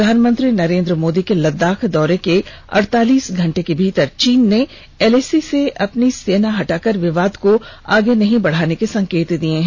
प्रधानमंत्री नरेन्द्र मोदी के लद्दाख दौरे के अड़तालीस घंटे के अंदर चीन ने एलएसी से अपनी सेना हटाकर विवाद को आगे नहीं बढ़ाने के संकेत दिए है